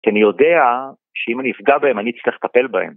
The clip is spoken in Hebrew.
כי אני יודע שאם אני אפגע בהם אני אצטרך לטפל בהם.